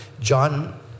John